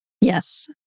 Yes